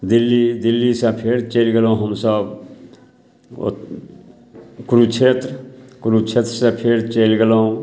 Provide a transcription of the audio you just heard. दिल्ली दिल्ली से फेर चलि गेलहुँ हमसभ ओ कुरुक्षेत्र कुरुक्षेत्र से फेर चलि गेलहुँ